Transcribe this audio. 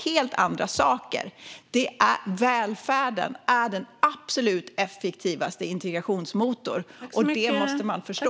Det är helt andra saker. Välfärden är den absolut effektivaste integrationsmotorn, och det måste man förstå.